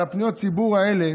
על פניות הציבור האלה